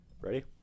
Ready